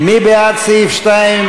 מי בעד סעיף 2?